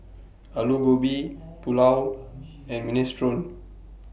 Alu Gobi Pulao and Minestrone